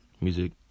music